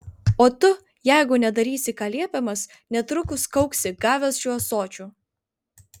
o tu jeigu nedarysi ką liepiamas netrukus kauksi gavęs šiuo ąsočiu